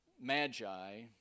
magi